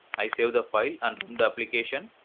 i save the file and run the application.